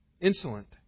Insolent